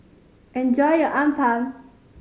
enjoy your appam